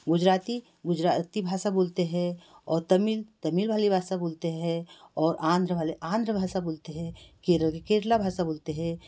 गुरजाती गुजराती भाषा बोलते हैं और तमिल तमिल वाली भाषा बोलते हैं और आन्ध्र वाले आन्ध्र भाषा बोलते हैं केरल केरला भाषा बोलते हैं